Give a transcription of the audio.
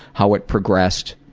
how it progressed,